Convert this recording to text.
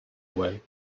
away